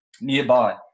Nearby